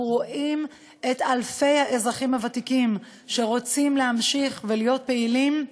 אנחנו רואים את אלפי האזרחים הוותיקים שרוצים להמשיך ולהיות פעילים,